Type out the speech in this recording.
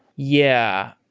yeah.